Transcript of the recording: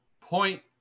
point